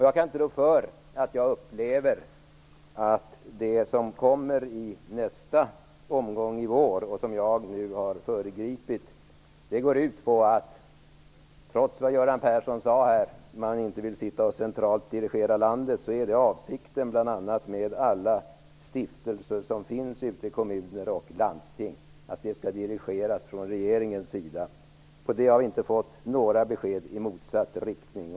Jag kan inte rå för att jag upplever att det som kommer i nästa omgång i vår, och som jag nu har föregripit, går ut på att man centralt skall dirigera detta, trots vad Göran Persson sade om att man inte skall sitta och göra detta. Det är bl.a. avsikten med alla stiftelser som finns ute i kommuner och landsting. De skall dirigeras av regeringen. Vi har inte fått några besked i motsatt riktning.